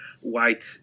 white